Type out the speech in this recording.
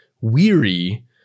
weary